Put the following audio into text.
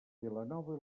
vilanova